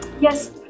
Yes